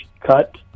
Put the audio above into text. cut